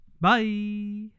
Bye